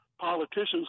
politicians